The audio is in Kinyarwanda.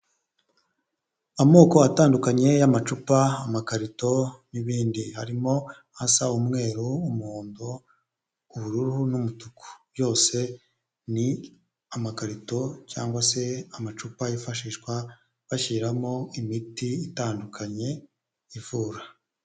Amoko atandukanye y'amacupa amakarito n'ibindi, harimo hasa umweru umuhondo ubururu n'umutuku, byose ni amakarito cyangwa se amacupa yifashishwa bashyiramo imiti itandukanye ivura.